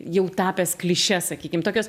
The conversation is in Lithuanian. jau tapęs kliše sakykim tokios